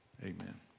amen